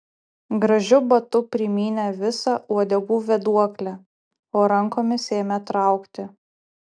gražiu batu primynė visą uodegų vėduoklę o rankomis ėmė traukti